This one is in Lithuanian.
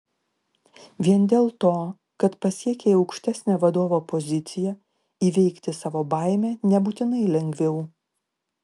vien dėl to kad pasiekei aukštesnę vadovo poziciją įveikti savo baimę nebūtinai lengviau